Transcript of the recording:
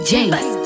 James